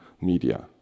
media